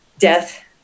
death